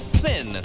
sin